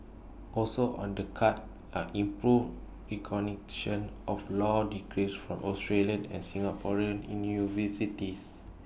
also on the cards are improved recognition of law degrees from Australian and Singaporean universities